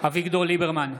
אביגדור ליברמן,